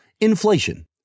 Inflation